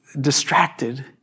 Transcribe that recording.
Distracted